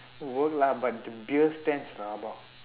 go lah but the beer stench rabak